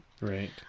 Right